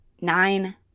nine